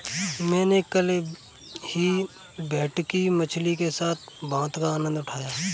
मैंने कल ही भेटकी मछली के साथ भात का आनंद उठाया